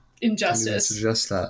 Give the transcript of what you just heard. injustice